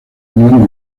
unión